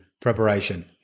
preparation